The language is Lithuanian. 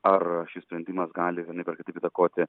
ar šis sprendimas gali vienaip ar kitaip įtakoti